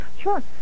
Sure